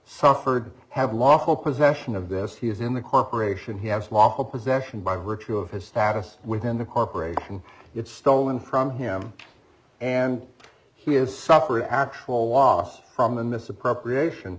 suffered have lawful possession of this he is in the corporation he has lawful possession by virtue of his status within the corporation it's stolen from him and he has suffered actual loss from the misappropriation